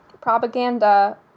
Propaganda